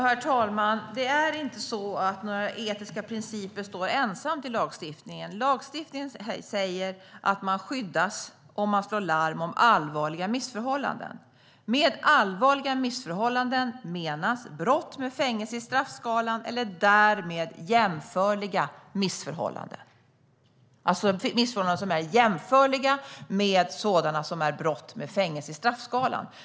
Herr talman! Det är inte så att några etiska principer står ensamma i lagstiftningen. Lagstiftningen säger att man skyddas om man slår larm om allvarliga missförhållanden. Med allvarliga missförhållanden menas brott med fängelse i straffskalan eller därmed jämförliga missförhållanden. Det är alltså missförhållanden som är jämförliga med brott som har fängelse i straffskalan.